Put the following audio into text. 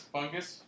Fungus